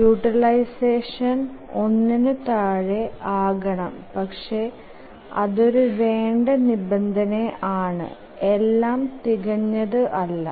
utilisation 1ന്നു താഴെ ആകണം പക്ഷെ അതൊരു വേണ്ട നിബന്ധന ആണ് എലാം തികനത്തു അല്ല